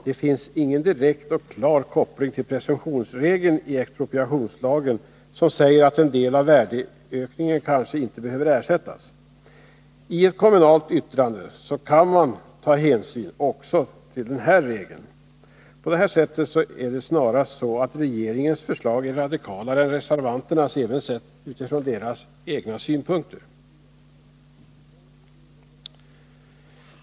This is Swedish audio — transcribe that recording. Det finns ingen direkt och klar koppling till presumtionsregeln i expropriationslagen som säger att en del av värdeökningen kanske inte behöver ersättas. I ett kommunalt yttrande kan man ta hänsyn också till denna regel. På det här sättet är det snarast så, att regeringens förslag är radikalare än reservanternas, även sett från deras egna utgångspunkter.